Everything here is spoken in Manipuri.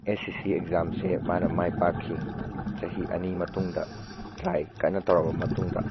ꯑꯦꯁ ꯁꯤ ꯁꯤ ꯑꯦꯛꯖꯥꯝꯁꯦ ꯃꯥꯅ ꯃꯥꯏ ꯄꯥꯛꯈꯤ ꯆꯍꯤ ꯑꯅꯤ ꯃꯇꯨꯡꯗ ꯇ꯭ꯔꯥꯏ ꯀꯟꯅ ꯇꯧꯔꯕ ꯃꯇꯨꯡꯗ